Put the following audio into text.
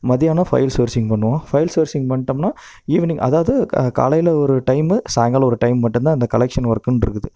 மதியானம் file sourcing பண்ணுவோம் file sourcing பண்ணிட்டோம்னா ஈவினிங் அதாவது காலையில் ஒரு டைமு சாய்ங்காலம் ஒரு டைம் மட்டும் தான் அந்த கலெக்ஷன் ஒர்க்குன்னுருக்குது